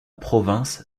province